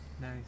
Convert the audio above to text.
Nice